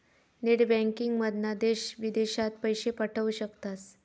net बँकिंगमधना देश विदेशात पैशे पाठवू शकतास